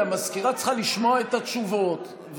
כי המזכירה צריכה לשמוע את התשובות,